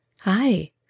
Hi